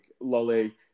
Lolly